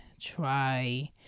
try